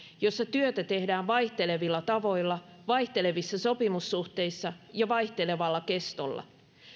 jossa työtä tehdään vaihtelevilla tavoilla vaihtelevissa sopimussuhteissa ja vaihtelevalla kestolla